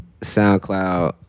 SoundCloud